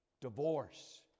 divorce